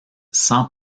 sans